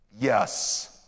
yes